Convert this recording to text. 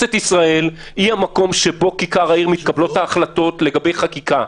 כנסת ישראל היא המקום שבו כיכר העיר מתקבלות החלטות לגבי חקיקה.